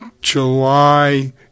July